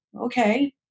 Okay